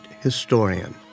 historian